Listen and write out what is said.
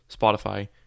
Spotify